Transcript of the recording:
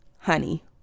honey